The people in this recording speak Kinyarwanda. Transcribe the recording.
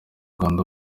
rwanda